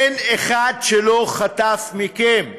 אין אחד שלא חטף מכם.